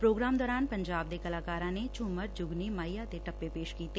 programme ਦੌਰਾਨ ਪੰਜਾਬ ਦੇ ਕਲਾਕਾਰਾਂ ਨੇ ਝੁੰਮਰ ਜੁਗਨੀ ਮਾਹੀਆ ਤੇ ਟੱਪੇ ਪੇਸ਼ ਕੀਤੇ